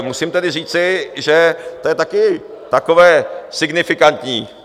Musím říci, že to je taky takové signifikantní.